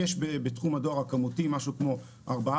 בתחום הדואר הכמותי יש משהו כמו ארבעה-חמישה